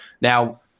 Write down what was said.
now